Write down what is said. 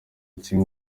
kimwe